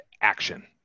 action